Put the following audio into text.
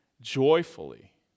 joyfully